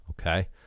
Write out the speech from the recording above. okay